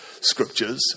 scriptures